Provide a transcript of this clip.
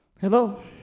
Hello